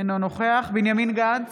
אינו נוכח בנימין גנץ,